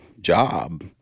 job